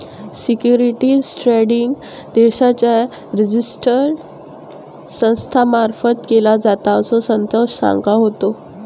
securities trading देशाच्या register संस्था मार्फत केलो जाता, असा संतोष सांगा होतो